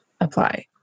apply